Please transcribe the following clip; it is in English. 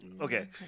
Okay